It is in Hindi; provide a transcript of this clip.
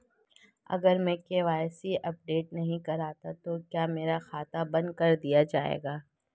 अगर मैं के.वाई.सी अपडेट नहीं करता तो क्या मेरा खाता बंद कर दिया जाएगा?